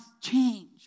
change